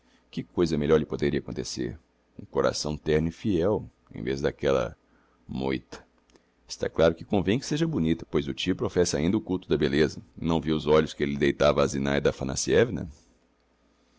que coisa melhor lhe poderia acontecer um coração terno e fiel em vez d'aquella moita está claro que convem que seja bonita pois o tio professa ainda o culto da belleza não viu os olhos que elle deitava á zinaida aphanassievna